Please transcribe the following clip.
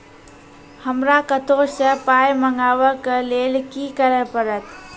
हमरा कतौ सअ पाय मंगावै कऽ लेल की करे पड़त?